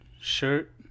shirt